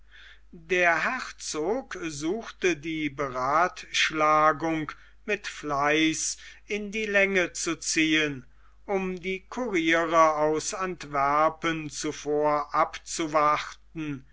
der herzog suchte die beratschlagung mit fleiß in die länge zu ziehen um die couriere aus antwerpen zuvor abzuwarten